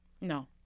No